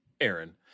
Aaron